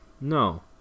No